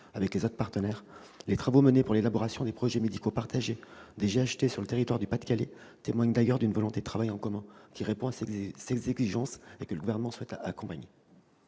avec les autres partenaires. Les travaux conduits pour l'élaboration des projets médicaux partagés des GHT dans le territoire du Pas-de-Calais témoignent d'ailleurs d'une volonté de travail en commun qui répond à cette exigence et que le Gouvernement souhaite accompagner.